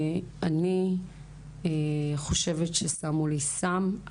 אני חושבת ששמו לי סם,